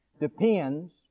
depends